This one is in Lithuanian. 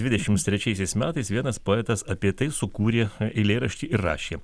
dvidešims trečiaisiais metais vienas poetas apie tai sukūrė eilėraštį ir rašė